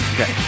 Okay